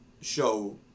show